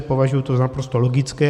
Považuji to za naprosto logické.